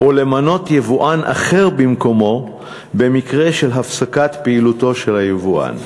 או למנות יבואן אחר במקומו במקרה של הפסקת פעילותו של היבואן,